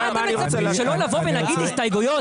אייל, אתה רוצה שלא נבוא ונגיש הסתייגויות?